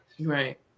right